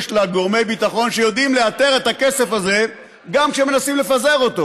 יש לה גורמי ביטחון שיודעים לאתר את הכסף הזה גם כשמנסים לפזר אותו?